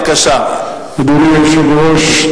בבקשה אדוני היושב-ראש,